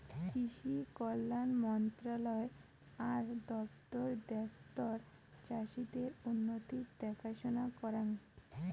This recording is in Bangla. কৃষি কল্যাণ মন্ত্রণালয় আর দপ্তর দ্যাশতর চাষীদের উন্নতির দেখাশনা করেঙ